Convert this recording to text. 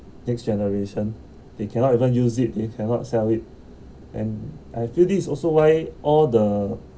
next generation they cannot even use it they cannot sell it and I feel this is also why all the